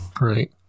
Right